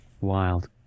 Wild